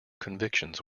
convictions